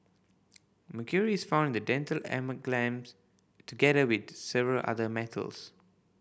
mercury is found in the dental amalgams together with several other metals